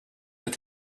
that